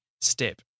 step